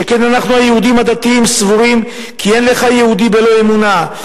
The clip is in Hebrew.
שכן אנחנו היהודים הדתיים סבורים כי אין לך יהודי בלא אמונה,